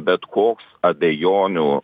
bet koks abejonių